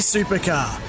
Supercar